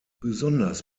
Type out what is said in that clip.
besonders